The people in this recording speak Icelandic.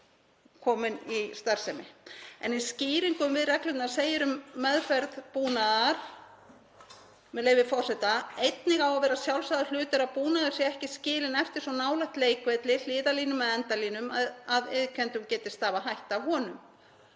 komin í starfsemi. En í skýringum við reglurnar segir um meðferð búnaðar, með leyfi forseta: „Einnig á að vera sjálfsagður hlutur að búnaður sé ekki skilinn eftir svo nálægt leikvelli, hliðarlínum eða endalínum að iðkendum geti stafað hætta af honum.“